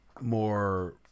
more